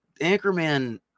Anchorman